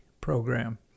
program